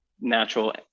natural